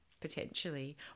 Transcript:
Potentially